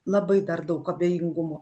labai dar daug abejingumo